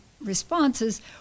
responses